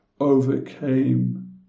overcame